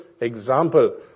example